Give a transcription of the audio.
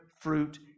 fruit